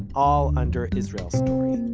all under israel story.